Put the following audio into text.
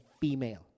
female